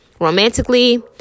romantically